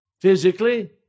physically